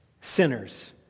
sinners